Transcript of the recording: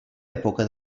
època